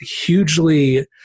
hugely